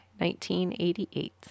1988